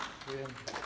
Dziękuję.